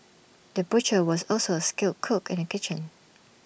the butcher was also A skilled cook in the kitchen